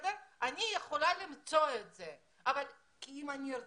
אם אני רוצה, אני יכולה למצוא את זה, אבל אדם